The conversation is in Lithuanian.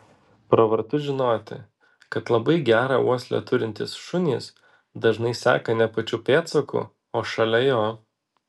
pravartu žinoti kad labai gerą uoslę turintys šunys dažnai seka ne pačiu pėdsaku o šalia jo